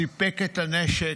סיפק את הנשק,